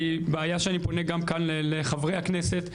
בעיה שאני פונה גם כאן לחברי כנסת,